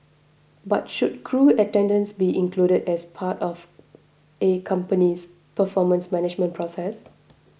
but should crew attendance be included as part of A company's performance management process